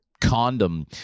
condom